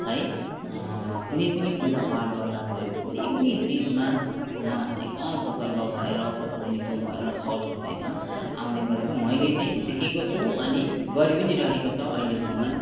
है कुनै पनि पुजा पाठ गर्दा भयो कुनै पनि चिजमा उहाँहरूले एकदम सतर्क भएर चोखो नितो भएर सर सफाइमा आउने गरेको मैले चाहिँ देखेको छु अनि गरि पनि रहेको छ अहिलेसम्म